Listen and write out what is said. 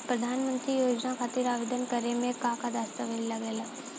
प्रधानमंत्री योजना खातिर आवेदन करे मे का का दस्तावेजऽ लगा ता?